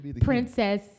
princess